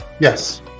Yes